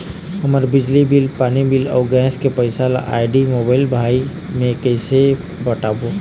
हमर बिजली बिल, पानी बिल, अऊ गैस के पैसा ला आईडी, मोबाइल, भाई मे कइसे पटाबो?